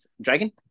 dragon